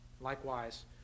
Likewise